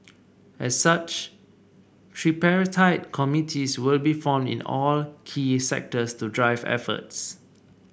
as such tripartite committees will be formed in all key sectors to drive efforts